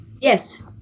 yes